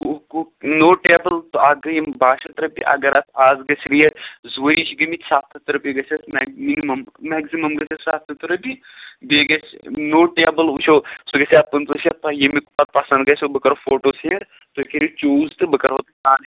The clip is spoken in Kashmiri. نوٚو ٹیبُل تہٕ اَکھ گٔے یِم باہ شَتھ رۄپیہِ اگر اَتھ اَز گژھِ ریٹ زٕ ؤری چھِ گٲمٕتۍ سَتھ ہَتھ رۄپیہِ گژھِ اَسہِ مِنِمَم میگزِمَم گژھِ اَتھ سَتھ ہَتھ رۄپیہِ بیٚیہِ گژھِ نوٚو ٹیبُل وُچھو سُہ گژھیٛا پٕنٛژٕ شیٚتھ تۄہہِ ییٚمیُک پَتہٕ پَسنٛد گژھوٕ بہٕ کَرہو فوٹوٗ سیٚنٛڈ تُہۍ کٔرِو چوٗز تہٕ بہٕ کَرہو پانَے